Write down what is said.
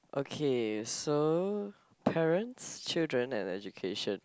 okay so parents children and education